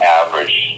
average